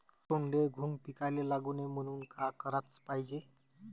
सोंडे, घुंग पिकाले लागू नये म्हनून का कराच पायजे?